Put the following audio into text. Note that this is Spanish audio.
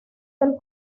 del